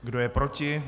Kdo je proti?